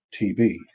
tb